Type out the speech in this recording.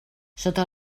sota